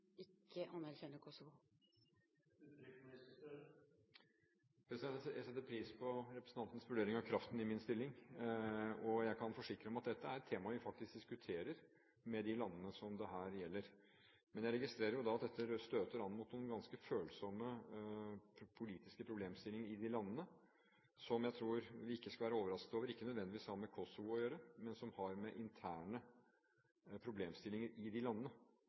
ikke anerkjenner Kosovo. Jeg setter pris på representantens vurdering av kraften i min stilling, og jeg kan forsikre om at dette er et tema vi faktisk diskuterer med de landene som dette gjelder. Jeg registrerer at dette i de landene støter an mot noen ganske følsomme politiske problemstillinger, som jeg tror vi ikke skal være overrasket over ikke nødvendigvis har med Kosovo å gjøre, men har å gjøre med interne problemstillinger i de landene,